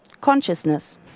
consciousness